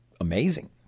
amazing